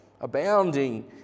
abounding